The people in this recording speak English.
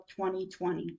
2020